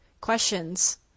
questions